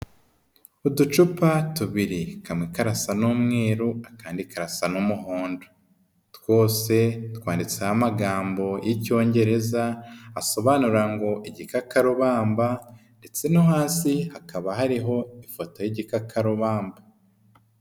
Uducupa tubiri, kamwe karasa n'umweru akandi karasa n'umuhondo. twose twanditseho amagambo y'icyongereza asobanura ngo igikakarubamba ndetse no hasi hakaba hariho ifoto y'igikakarubamba.